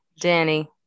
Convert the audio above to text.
Danny